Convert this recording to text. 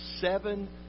seven